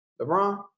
LeBron